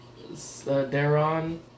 Daron